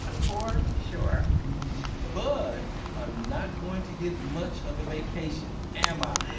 ah for sure but i'm not going to get much of a vacation, am i?